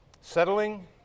Settling